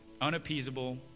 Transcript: unappeasable